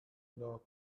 لعاب